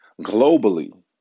globally